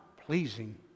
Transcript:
pleasing